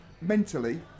mentally